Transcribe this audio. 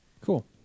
Cool